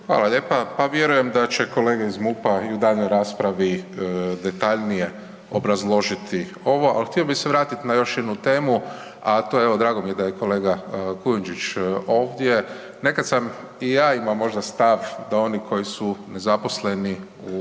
Hvala lijepa. Pa vjerujem da će kolege ih MUP-a i u daljnjoj raspravi detaljnije obrazložiti ovo, ali htio bih se vratiti na još jednu temu, a to je evo drago mi da je kolega Kujundžić ovdje, nekad sam i ja imao možda stav da oni koji su nezaposleni u